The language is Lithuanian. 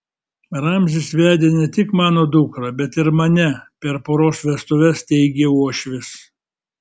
ramzis vedė ne tik mano dukrą bet ir mane per poros vestuves teigė uošvis